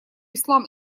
ислам